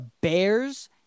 Bears